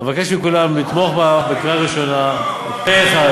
אבקש מכולם לתמוך בה בקריאה ראשונה פה-אחד.